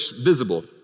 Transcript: visible